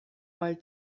mal